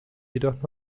jedoch